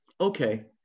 okay